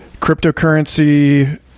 cryptocurrency